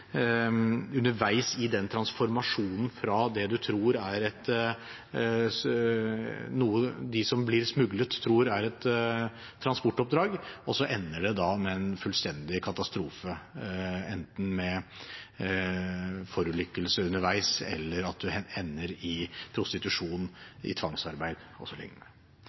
de som blir smuglet, tror er et transportoppdrag, og så ender det med en fullstendig katastrofe, enten at man forulykker underveis, eller man ender i prostitusjon, i tvangsarbeid